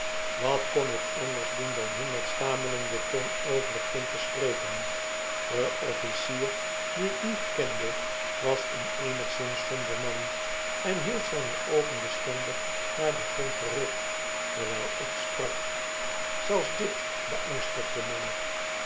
wat kon ik anders doen dan hun met stamelende tong over het kind te spreken de officier dien ik niet kende was een eenigszins somber man en hield zgne oogen bestendig naar dengrondgericht terwijl ik sprak zelfs dit beangstigde mij